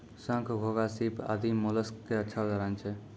शंख, घोंघा, सीप आदि मोलस्क के अच्छा उदाहरण छै